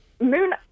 Moon